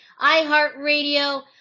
iHeartRadio